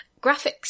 graphics